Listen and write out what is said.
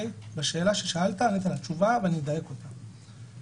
ואני אדייק אותה.